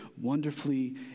wonderfully